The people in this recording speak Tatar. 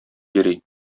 йөри